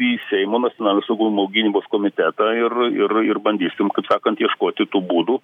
į seimo nacionalinio saugumo gynybos komitetą ir ir ir bandysim kaip sakant ieškoti tų būdų